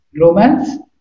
Romance